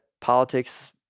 politics